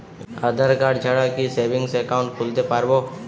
আধারকার্ড ছাড়া কি savings account খুলতে পারব?